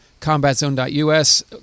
combatzone.us